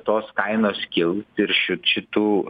tos kainos kils ir šit šitų